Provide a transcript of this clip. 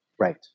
Right